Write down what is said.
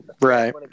Right